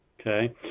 Okay